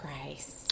price